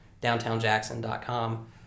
downtownjackson.com